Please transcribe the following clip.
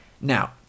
now